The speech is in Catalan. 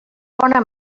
bona